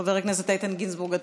חבר הכנסת איתן גינזבורג,